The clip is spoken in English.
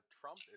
Trump